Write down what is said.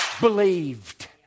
believed